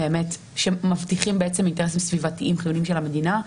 שמבטיחים אינטרסים סביבתיים חיוניים של המדינה.